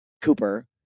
Cooper